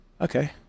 okay